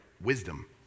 wisdom